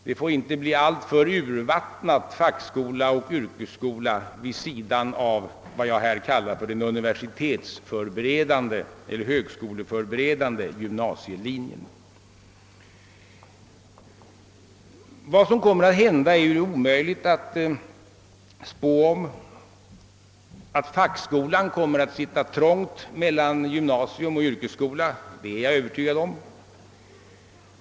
Det får inte bli en alltför urvattnad fackskola och yrkesskola vid sidan av vad jag kallar den universitetsförberedande gymnasielinjen. Vad som kommer att hända är det omöjligt att spå om. Att fackskolan kommer att sitta trångt mellan gymnasium och yrkesskola är jag övertygad om.